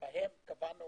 שבהם קבענו